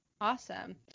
Awesome